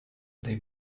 they